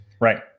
Right